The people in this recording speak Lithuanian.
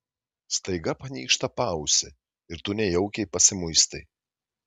staiga panyžta paausį ir tu nejaukiai pasimuistai